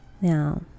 now